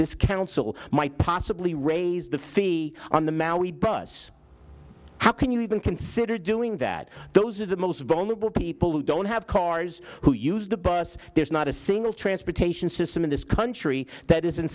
this council might possibly raise the fee on the mound we brought us how can you even consider doing that those are the most vulnerable people who don't have cars who use the bus there's not a single transportation system in this country that isn't